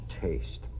taste